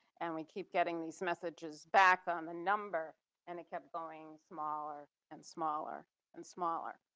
and we keep getting these messages back on the number and it kept going smaller, and smaller and smaller.